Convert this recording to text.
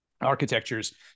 architectures